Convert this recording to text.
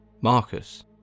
Marcus